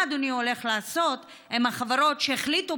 מה אדוני הולך לעשות עם החברות שהחליטו